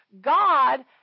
God